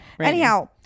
anyhow